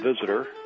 visitor